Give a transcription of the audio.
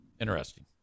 Interesting